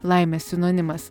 laimės sinonimas